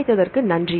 கவனித்தற்கு நன்றி